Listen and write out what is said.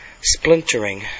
splintering